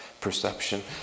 perception